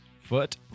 foot